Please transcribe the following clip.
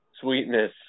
Sweetness